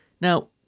now